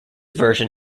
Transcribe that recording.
version